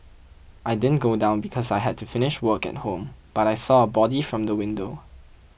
I didn't go down because I had to finish work at home but I saw a body from the window